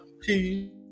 peace